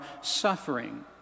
suffering